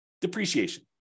depreciation